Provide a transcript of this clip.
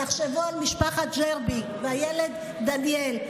תחשבו על משפחת ג'רבי והילד דניאל,